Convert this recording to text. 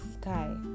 sky